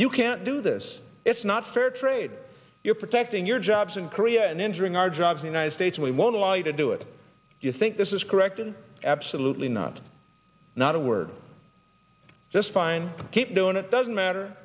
you can't do this it's not fair trade you're protecting your jobs in korea and injuring our jobs the united states we won't allow you to do it you think this is correct and absolutely not not a word just fine keep doing it doesn't matter